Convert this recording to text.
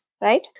right